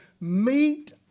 meet